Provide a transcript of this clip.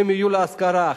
להשכרה,